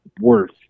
worth